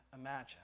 imagine